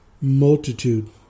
multitude